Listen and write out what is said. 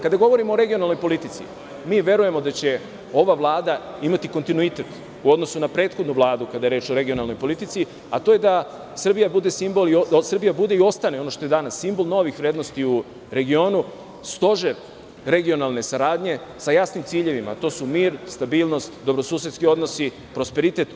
Kada govorimo o regionalnoj politici, mi verujemo da će ova Vlada imati kontinuitet u odnosu na prethodnu Vladu kada je reč o regionalnoj politici, a to je da Srbija bude i ostane ono što je danas - simbol novih vrednosti u regionu, stožer regionalne saradnje sa jasnim ciljevima, a to su mir, stabilnost, dobrosusedski odnosi, prosperitet.